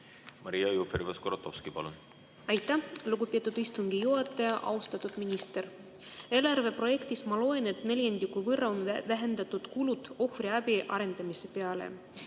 Maria Jufereva-Skuratovski, palun! Aitäh, lugupeetud istungi juhataja! Austatud minister! Eelarve projektist ma loen, et neljandiku võrra on vähendatud kulu ohvriabi arendamise peale.